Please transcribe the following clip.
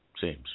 seems